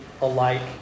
alike